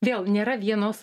vėl nėra vienos